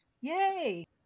Yay